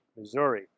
Missouri